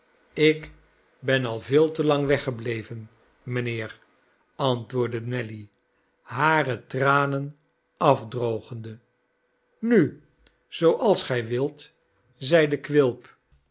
ik ben al veel te lang weggebleven mijnheer antwoordde nelly hare tranen afdrogende nu zooals gij wilt zeide quilp